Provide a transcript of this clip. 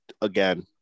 again